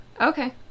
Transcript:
Okay